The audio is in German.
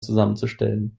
zusammenzustellen